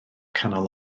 canol